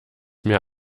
mir